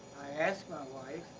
i asked my wife